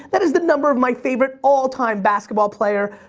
that is the number of my favorite all-time basketball player,